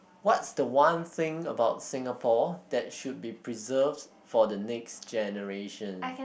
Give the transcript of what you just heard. what's the one thing about Singapore that should be preserved for the next generation